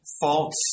false